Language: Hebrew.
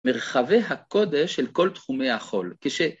‫מרחבי הקודש של כל תחומי החול.